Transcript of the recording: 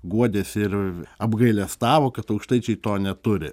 guodėsi ir apgailestavo kad aukštaičiai to neturi